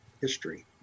history